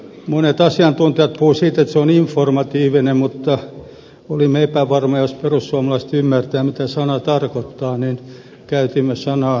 monet asiantuntijat puhuvat siitä että se on informatiivinen mutta olimme epävarmoja siitä että perussuomalaiset ymmärtävät mitä sana tarkoittaa joten käytimme sanaa toteava